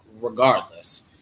regardless